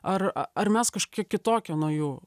ar ar mes kažkokie kitokie nuo jų